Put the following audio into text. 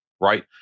right